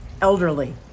elderly